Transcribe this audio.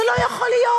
זה לא יכול להיות.